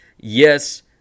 Yes